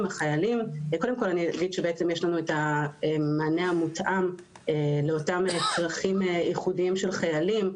יש לנו את המענה המותאם לאותם צרכים ייחודיים של חיילים.